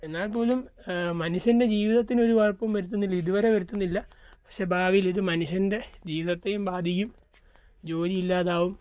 എന്നാൽ പോലും മനുഷ്യൻ്റെ ജീവിതത്തിന് ഒരു കുഴപ്പവും വരുത്തുന്നില്ല ഇതുവരെ വരുത്തുന്നില്ല പക്ഷേ ഭാവിയിൽ ഇത് മനുഷ്യൻ്റെ ജീവിതത്തെയും ബാധിക്കും ജോലി ഇല്ലാതാവും